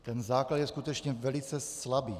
Ten základ je skutečně velice slabý.